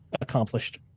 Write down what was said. accomplished